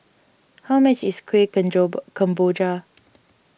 how much is Kueh Kemboja